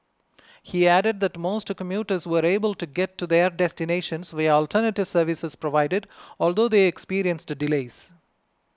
he added that most commuters were able to get to their destinations via alternative services provided although they experienced delays